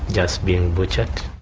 just been butchered.